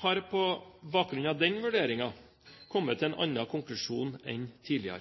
har på bakgrunn av den vurderingen kommet til en annen konklusjon enn tidligere.